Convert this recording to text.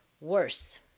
worse